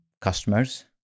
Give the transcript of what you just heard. customers